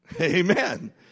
Amen